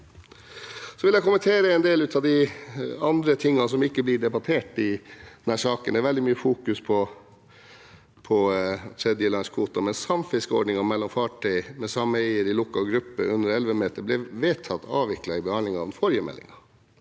Jeg vil så kommentere en del av de andre tingene som ikke har blitt debattert i saken. Det fokuseres veldig mye på tredjelandskvoter, men samfiskeordningen mellom fartøy med samme eier i lukket gruppe under 11 meter ble vedtatt avviklet i behandlingen av den forrige meldingen,